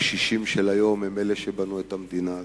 הקשישים של היום הם אלה שבנו את המדינה הזאת.